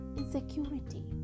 insecurity